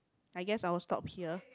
I guess I will stop here